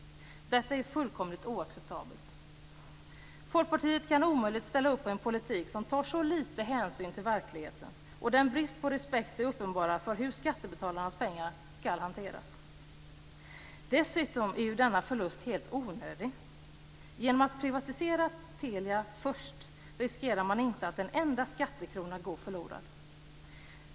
Detta är fullkomligt oacceptabelt. Folkpartiet kan omöjligt ställa upp på en politik som tar så lite hänsyn till verkligheten och den brist på respekt den uppenbarar för hur skattebetalarnas pengar skall hanteras. Dessutom är denna förlust helt onödig. Genom att privatisera Telia först riskerar man inte att en enda skattekrona går förlorad.